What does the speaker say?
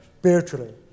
Spiritually